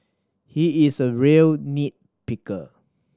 he is a real nit picker